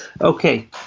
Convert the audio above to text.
Okay